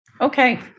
Okay